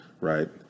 Right